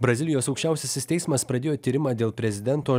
brazilijos aukščiausiasis teismas pradėjo tyrimą dėl prezidento